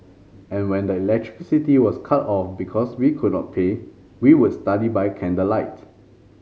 and when the electricity was cut off because we could not pay we would study by candlelight